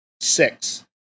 six